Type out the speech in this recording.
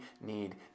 need